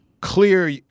clear